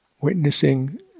Witnessing